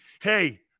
Hey